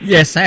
Yes